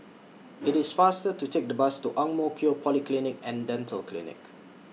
IT IS faster to Take The Bus to Ang Mo Kio Polyclinic and Dental Clinic